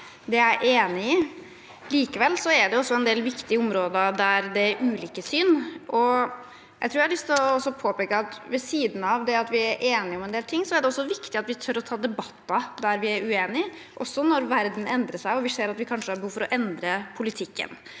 Det er jeg enig i. Likevel er det også en del viktige områder der det er ulike syn. Jeg tror jeg har lyst til å påpeke at ved siden av det at vi er enige om en del ting, er det også viktig at vi tør å ta debatter der vi er uenige, også når verden endrer seg og vi ser at vi kanskje har behov for å endre politikken.